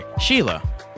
Sheila